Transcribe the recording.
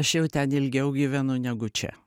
aš jau ten ilgiau gyvenu negu čia